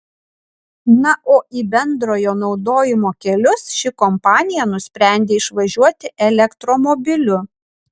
na o į bendrojo naudojimo kelius ši kompanija nusprendė išvažiuoti elektromobiliu